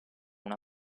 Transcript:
una